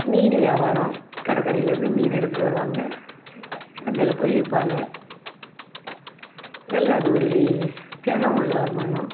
மீன் வியாபாரம் கடற்கரையிலேருந்து மீன் எடுத்துட்டு வருவாங்க சந்தையில் போய் விற்பாங்க நல்ல அது ஒரு தினம் உள்ள வருமானம்